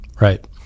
right